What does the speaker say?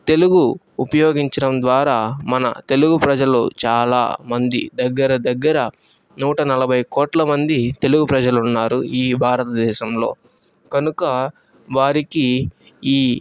తెలుగు ఉపయోగించడం ద్వారా మన తెలుగు ప్రజలు చాలా మంది దగ్గర దగ్గర నూట నలభై కోట్ల మంది తెలుగు ప్రజలున్నారు ఈ భారతదేశంలో కనుక వారికి ఈ